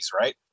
right